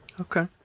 Okay